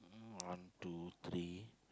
one two three